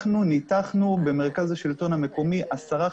אנחנו במרכז השלטון המקומי ניתחנו 10,